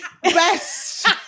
Best